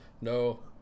No